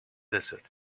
desert